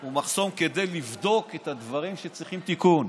הוא מחסום לבדיקת את הדברים שצריכים תיקון,